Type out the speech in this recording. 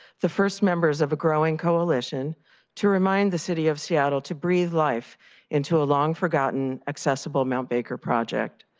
the first members of a growing coalition to remind the city of seattle to breathe life into a long forgotten accessible mount baker project.